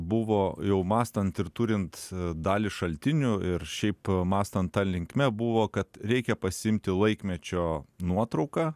buvo jau mąstant ir turint dalį šaltinių ir šiaip mąstant ta linkme buvo kad reikia pasiimti laikmečio nuotrauką